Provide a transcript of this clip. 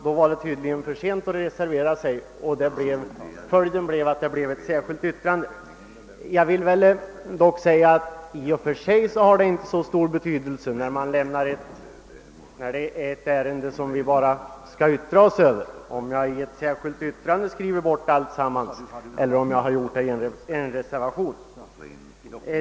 Då var det för sent att reservera sig, och följden blev ett särskilt yttrande. I och för sig är det inte av så stor betydelse om jag i ett särskilt yttrande har givit uttryck för en helt avvikande mening eller om jag gjort det i en reservation.